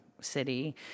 city